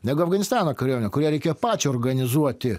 negu afganistano kariuomenė kurią reikėjo pačią organizuoti